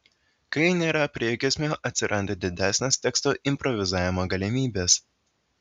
kai nėra priegiesmio atsiranda didesnės teksto improvizavimo galimybės